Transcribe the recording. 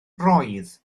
roedd